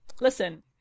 Listen